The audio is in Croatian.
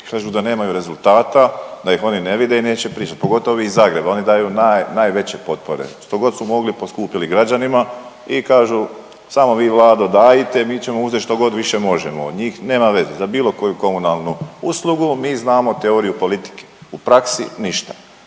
kažu da nemaju rezultata da ih oni ne vide i neće pričat, pogotovo ovi iz Zagreba, oni daju naj, najveće potpore. Što god su mogli poskupili građanima i kažu samo vi Vlado dajte mi ćemo uzeti što god više možemo od njih. Nema veze za bilo koju komunalnu uslugu mi znamo teoriju politike. U praksi ništa.